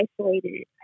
isolated